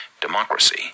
democracy